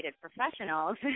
professionals